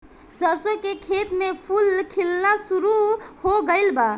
सरसों के खेत में फूल खिलना शुरू हो गइल बा